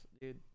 dude